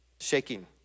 shaking